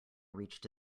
reached